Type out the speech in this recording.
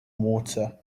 water